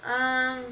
um